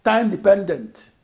time-dependent,